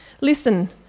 Listen